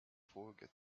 folge